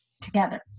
together